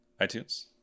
iTunes